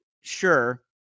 sure